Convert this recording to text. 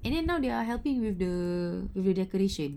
and then now they are helping with the with the decoration